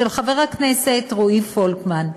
של חבר הכנסת רועי פולקמן,